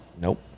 Nope